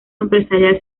empresarial